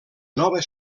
nova